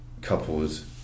couples